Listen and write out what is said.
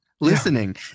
listening